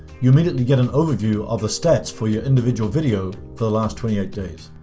you immediately get an overview of the stats for your individual video for the last twenty eight days.